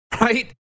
Right